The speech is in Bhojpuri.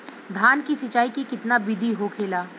धान की सिंचाई की कितना बिदी होखेला?